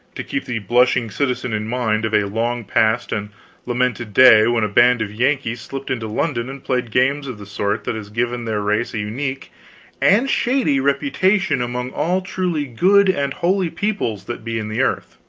to keep the blushing citizen in mind of a long past and lamented day when a band of yankees slipped into london and played games of the sort that has given their race a unique and shady reputation among all truly good and holy peoples that be in the earth.